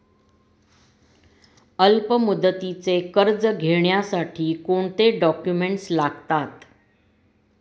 अल्पमुदतीचे कर्ज घेण्यासाठी कोणते डॉक्युमेंट्स लागतात?